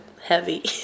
Heavy